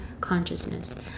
consciousness